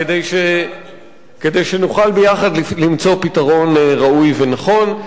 כדי שנוכל ביחד למצוא פתרון ראוי ונכון.